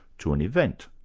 to an event?